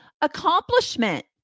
accomplishment